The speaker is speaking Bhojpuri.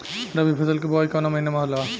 रबी फसल क बुवाई कवना महीना में होला?